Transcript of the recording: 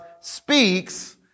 speaks